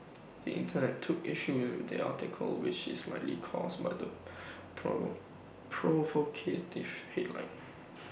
the Internet took issue with the article which is likely caused by the provocative headline